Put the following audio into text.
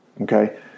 okay